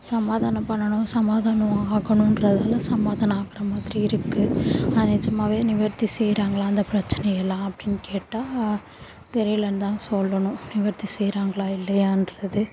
சமாதானம் பண்ணணும் சமாதானம் ஆகணுங்றதுல சமாதானம் ஆகிற மாதிரி இருக்குது ஆனால் நிஜமாகவே நிவர்த்தி செய்கிறாங்களா அந்த பிரச்சினையெல்லாம் அப்படின் கேட்டால் தெரியலைன்னுதான் சொல்லணும் நிவர்த்தி செய்கிறாங்களா இல்லையாங்றது